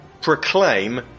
proclaim